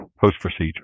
post-procedure